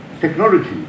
technology